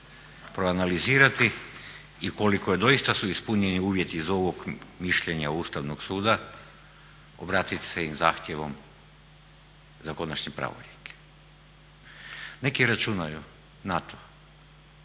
proanalizirati i ukoliko su doista ispunjeni uvjeti iz ovog mišljenja Ustavnog suda obratiti im se zahtjevom za konačni pravorijek. Neki računaju na